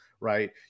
right